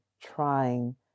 trying